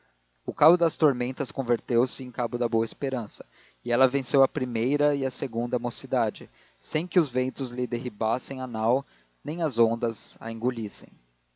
o cabo das tormentas converteu-se em cabo da boa esperança e ela venceu a primeira e a segunda mocidade sem que os ventos lhe derribassem a nau nem as ondas a engolissem